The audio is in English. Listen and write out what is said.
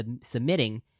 submitting